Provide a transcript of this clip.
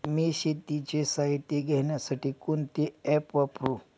मी शेतीचे साहित्य घेण्यासाठी कोणते ॲप वापरु?